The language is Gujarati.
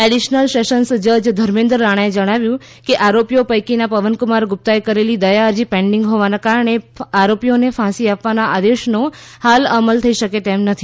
એડિશનલ સેશન્સ જજ ધર્મેન્દર રાણાએ જણાવ્યું કે આરોપીઓ પૈકીના પવન કુમાર ગુપ્તાએ કરેલી દયાઅરજી પેન્ડિંગ હોવાના કારણે આરોપીઓને ફાંસી આપવાના આદેશનો હાલ અમલ થઈ શકે તેમ નથી